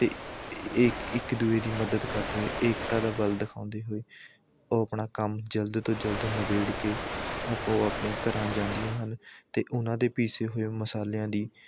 ਅਤੇ ਇੱਕ ਇੱਕ ਦੂਜੇ ਦੀ ਮਦਦ ਕਰਦੇ ਹੋਏ ਏਕਤਾ ਦਾ ਬਲ ਦਿਖਾਉਂਦੇ ਹੋਏ ਉਹ ਆਪਣਾ ਕੰਮ ਜਲਦ ਤੋਂ ਜਲਦ ਨਿਬੇੜ ਕੇ ਆਪੋ ਆਪਣੇ ਘਰਾਂ ਜਾਂਦੀਆਂ ਹਨ ਅਤੇ ਉਹਨਾਂ ਦੇ ਪੀਸੇ ਹੋਏ ਮਸਾਲਿਆਂ ਦੀ